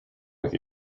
with